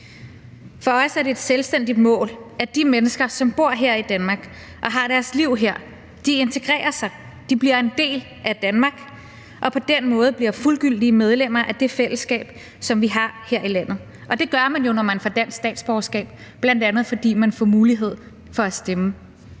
For os er det et selvstændigt mål, at de mennesker, som bor her i Danmark og har deres liv her, integrerer sig, bliver en del af Danmark og på den måde bliver fuldgyldige medlemmer af det fællesskab, som vi har her i landet. Og det gør man jo, når man får dansk statsborgerskab, bl.a. fordi man får mulighed for at stemme.